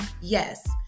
Yes